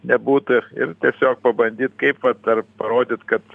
nebūtų ir tiesiog pabandyt kaip vat ar parodyt kad